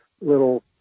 little